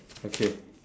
okay